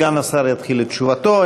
סגן השר יתחיל את תשובתו.